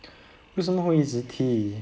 为什么会一直踢